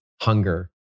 hunger